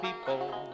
people